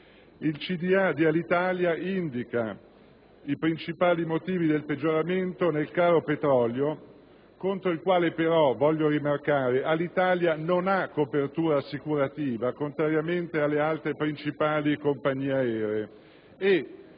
di Alitalia indica i principali motivi del peggioramento nel caro petrolio, contro il quale però - voglio rimarcare - Alitalia non ha copertura assicurativa, contrariamente alle altre principali compagnie aeree,